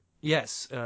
Yes